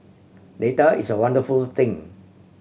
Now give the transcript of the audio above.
data is a wonderful thing